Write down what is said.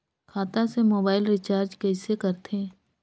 खाता से mobile recharge कइसे करथे